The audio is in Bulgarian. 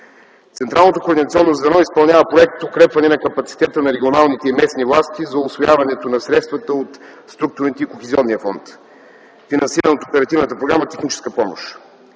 Централното координационно звено изпълнява проект „Укрепване на капацитета на регионалните и местни власти за усвояването на средствата от структурните и Кохезионния фонд”, финансиран от Оперативна програма „Техническа помощ”.